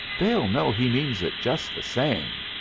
they'll know he means it just the same.